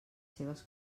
seves